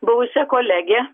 buvusią kolegę